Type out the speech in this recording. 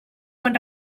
quan